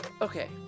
Okay